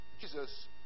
Jesus